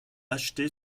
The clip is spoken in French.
acheté